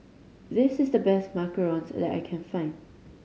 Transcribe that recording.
this is the best macarons that I can find